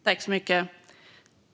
Herr talman!